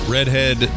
Redhead